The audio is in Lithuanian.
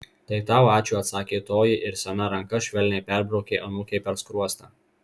tai tau ačiū atsakė toji ir sena ranka švelniai perbraukė anūkei per skruostą